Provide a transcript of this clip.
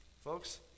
folks